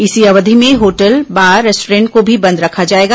इसी अवधि में होटल बार रेस्टोरेंट को भी बंद रखा जाएगा